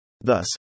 Thus